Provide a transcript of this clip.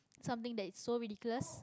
something that is so ridiculous